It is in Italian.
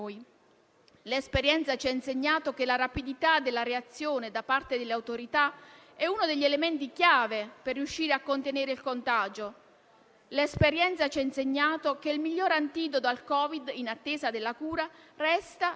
L'esperienza ci ha anche insegnato che il miglior antidoto al Covid, in attesa della cura, resta il distanziamento sociale, che è garantito da una serie di regole possibili solo grazie all'esistenza dello stato di emergenza.